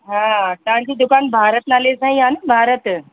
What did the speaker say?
हा तव्हां जी दुकान भारत नाले सां ई आहे न भारत